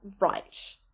right